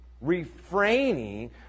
refraining